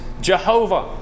Jehovah